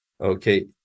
okay